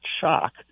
shock